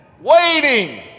waiting